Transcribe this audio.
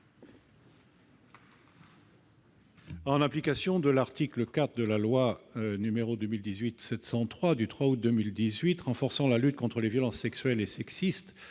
En application de l'article 4 de la loi n° 2018-703 du 3 août 2018 renforçant la lutte contre les violences sexuelles et sexistes,